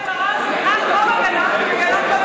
כץ,